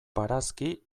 barazki